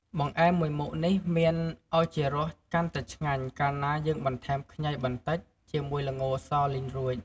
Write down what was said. បង្អែមមួយមុខនេះនឹងមានឱ្យជារសកាន់តែឆ្ងាញ់ កាលណាយើងបន្ថែមខ្ញីបន្តិច ជាមួយល្ងសលីងរួច។